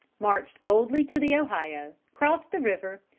marched boldly to the ohio, crossed the river,